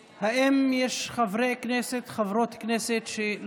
שהצביעה נגד, תודה, חברת הכנסת מירי רגב.